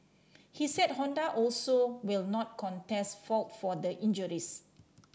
he said Honda also will not contest fault for the injuries